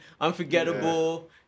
Unforgettable